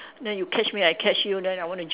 then you catch me I catch you then I want to